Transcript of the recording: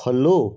follow